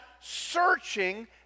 searching